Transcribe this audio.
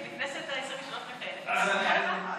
בכנסת העשרים-ושלוש אני בכחול לבן.